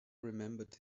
remembered